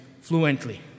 fluently